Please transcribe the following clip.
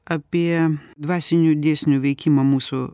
apie dvasinių dėsnių veikimą mūsų